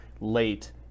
late